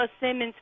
Simmons